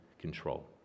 control